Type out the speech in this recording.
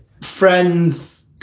Friends